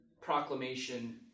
proclamation